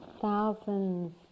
thousands